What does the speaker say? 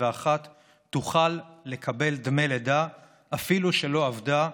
תוכל לקבל דמי לידה אפילו שלא עבדה,